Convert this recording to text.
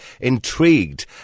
intrigued